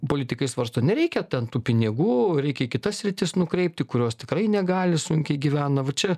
politikai svarsto nereikia ten tų pinigų reikia į kita sritis nukreipti kurios tikrai negali sunkiai gyvena va čia